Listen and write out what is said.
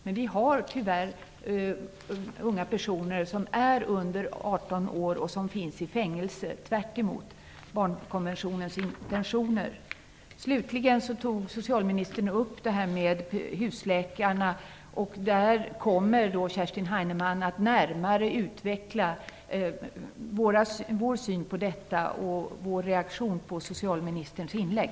Men vi har tyvärr unga personer under 18 år i fängelse, tvärtemot barnkonventionens intentioner. Slutligen tog socialministern upp detta med husläkarna. Där kommer Kerstin Heinemann att närmare utveckla vår syn på detta och vår reaktion på socialministerns inlägg.